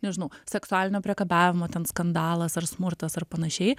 nežinau seksualinio priekabiavimo ten skandalas ar smurtas ar panašiai